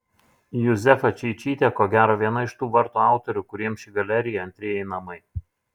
juzefa čeičytė ko gero viena iš tų vartų autorių kuriems ši galerija antrieji namai